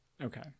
Okay